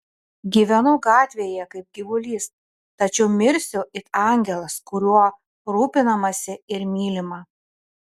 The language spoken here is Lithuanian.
gyvenau gatvėje kaip gyvulys tačiau mirsiu it angelas kuriuo rūpinamasi ir mylima